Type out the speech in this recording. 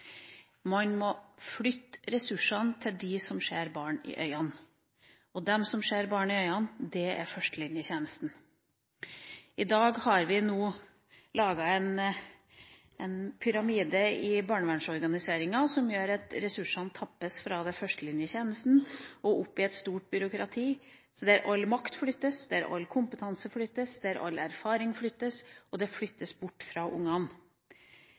flytte ressursene til dem som ser barn i øynene. Og de som ser barn i øynene, er førstelinjetjenesten. I dag har vi laget en pyramide i barnevernsorganiseringa som gjør at ressursene tappes fra førstelinjetjenesten og opp i et stort byråkrati, der all makt og kompetanse flyttes, der all erfaring flyttes, og det flyttes bort fra ungene.